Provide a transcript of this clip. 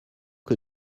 que